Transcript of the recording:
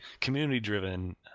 community-driven